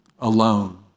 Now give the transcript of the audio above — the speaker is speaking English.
alone